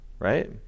right